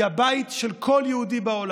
הוא אמר כמה מדינת ישראל היא הבית של כל יהודי בעולם.